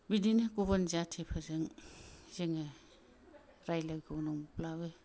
बिदिनो गुबुन जातिफोरजों जोङो रायलायगौ नंब्लाबो